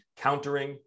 countering